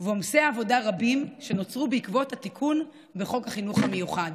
ועומסי עבודה רבים שנוצרו בעקבות התיקון בחוק החינוך המיוחד.